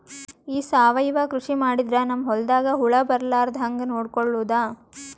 ಈ ಸಾವಯವ ಕೃಷಿ ಮಾಡದ್ರ ನಮ್ ಹೊಲ್ದಾಗ ಹುಳ ಬರಲಾರದ ಹಂಗ್ ನೋಡಿಕೊಳ್ಳುವುದ?